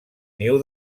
niu